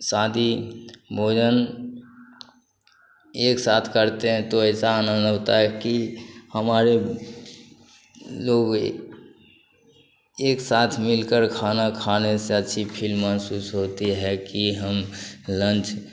शादी भोजन एक साथ करते हैं तो ऐसा आनंद होता है कि हमारे लोग ए एक साथ मिलकर खाना खाने से अच्छा फील महसूस होता है कि हम लंच